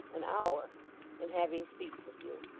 an hour in having speech with you